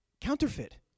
counterfeit